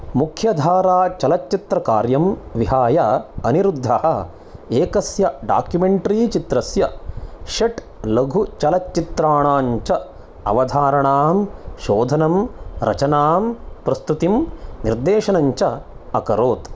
मुख्यधाराचलच्चित्रकार्यं विहाय अनिरुद्धः एकस्य डाक्युमेण्ट्री चित्रस्य षट्लघुचलच्चित्राणां च अवधारणां शोधनं रचनां प्रस्तुतिं निर्देशनं च अकरोत्